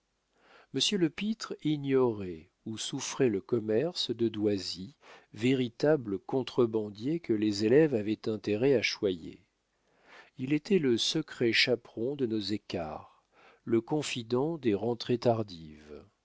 monsieur lepître ignorait ou souffrait le commerce de doisy véritable contrebandier que les élèves avaient intérêt à choyer il était le secret chaperon de nos écarts le confident des rentrées tardives